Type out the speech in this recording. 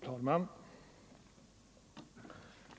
Fru talman!